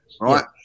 Right